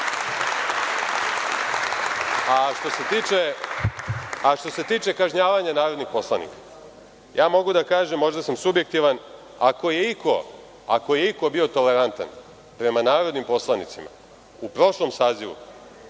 se tiče kažnjavanja narodnih poslanika, ja mogu da kažem možda sam subjektivan, ako je iko bio tolerantan prema narodnim poslanicima u prošlom sazivu